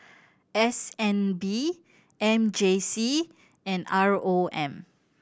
S N B M J C and R O M